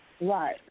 Right